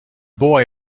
boy